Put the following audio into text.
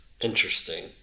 interesting